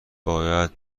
باید